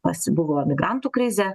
pasibuvo migrantų krizė